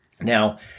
Now